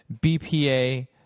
BPA